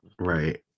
Right